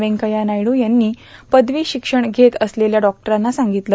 व्यंकय्या नायडू यांनी पदवी शिक्षण घेत असलेल्या डॉक्टरांना सांगितलं